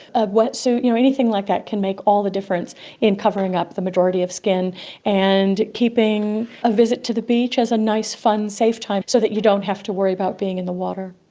a wetsuit, you know anything like that can make all the difference in covering up the majority of skin and keeping a visit to the beach as a nice, fun, safe time so that you don't have to worry about being in the water.